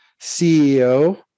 CEO